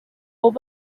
bombi